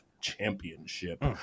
Championship